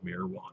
marijuana